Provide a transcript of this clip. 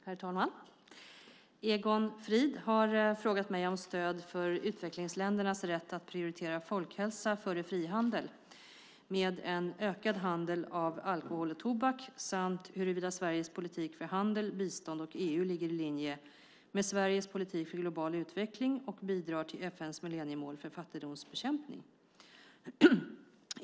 Herr talman! Egon Frid har frågat mig om stöd för utvecklingsländernas rätt att prioritera folkhälsa före frihandel med en ökad handel av alkohol och tobak samt huruvida Sveriges politik för handel, bistånd och EU ligger i linje med Sveriges politik för global utveckling och bidrar till FN:s millenniemål för fattigdomsbekämpning.